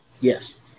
Yes